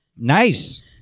Nice